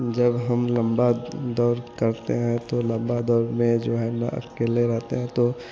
जब हम लंबा दौड़ करते हैं तो लम्बे दौड़ में जो है न अकेले रहते हैं तो